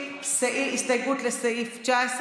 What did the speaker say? משה יעלון,